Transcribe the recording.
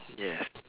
yes